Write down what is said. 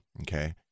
Okay